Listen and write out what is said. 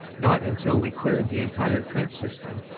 not until we cleared the entire trench system,